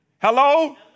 Hello